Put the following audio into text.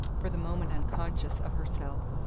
for the moment unconscious of herself,